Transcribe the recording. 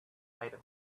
item